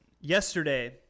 yesterday